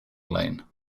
lane